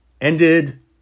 ended